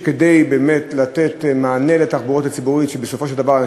כדי באמת לתת מענה לתחבורה הציבורית,